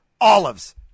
olives